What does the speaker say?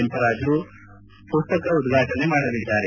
ಕೆಂಪರಾಜು ಮಸ್ತಕ ಉದ್ವಾಟನೆ ಮಾಡಲಿದ್ದಾರೆ